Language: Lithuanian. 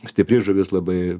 stipri žuvis labai